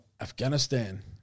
Afghanistan